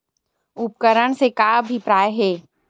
उपकरण से का अभिप्राय हे?